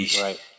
Right